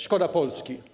Szkoda Polski.